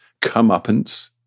comeuppance